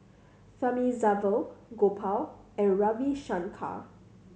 Thamizhavel Gopal and Ravi Shankar